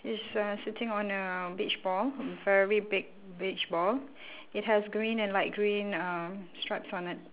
is uh sitting on a beach ball a very big beach ball it has green and light green um stripes on it